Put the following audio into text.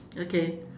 okay